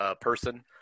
person